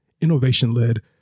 innovation-led